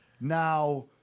Now